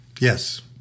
Yes